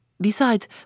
Besides